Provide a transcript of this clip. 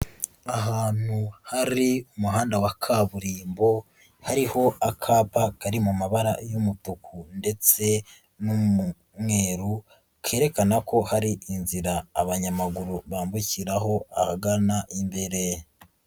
Ahantu hari umuhanda wa kaburimbo, hariho akapa kari mu mabara y'umutuku ndetse n'umweru kerekana ko hari inzira abanyamaguru bambukiraho ahagana imbere.